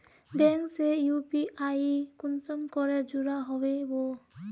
Bank से UPI कुंसम करे जुड़ो होबे बो?